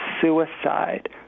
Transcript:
suicide